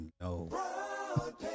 no